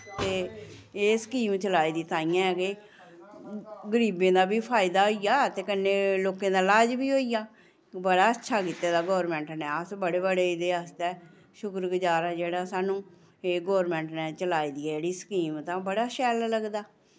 ते एह् स्कीम चलाई दी तांइयें के गरीबें दा बी फायदा होई जा ते कन्नै लोकें दा लाज बी होई जा बड़ा अच्छा कीत्ते दा गोरमैंट ने अस बड़े बड़े इ'दे आस्तै शुक्रगुजार आं जेह्ड़ा सानूं एह् गोरमैंट ने चलाई दी एह्ड़ी स्कीम तां बड़ा शैल लगदा